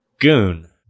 Goon